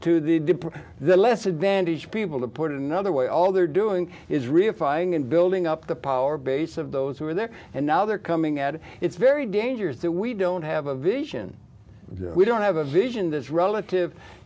to the deeper the less advantaged people to put it another way all they're doing is reifying and building up the power base of those who were there and now they're coming at it it's very dangerous that we don't have a vision we don't have a vision this relative